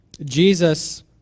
Jesus